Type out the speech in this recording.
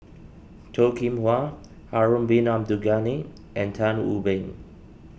Toh Kim Hwa Harun Bin Abdul Ghani and Tan Wu Meng